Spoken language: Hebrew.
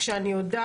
העמדה